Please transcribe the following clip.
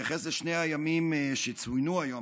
ולהתייחס לשני הימים שצוינו היום,